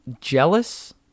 jealous